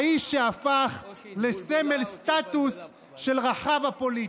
האיש שהפך לסמל סטטוס של רחב הפוליטית.